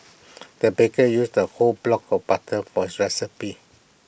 the baker used A whole block of butter for recipe